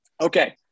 Okay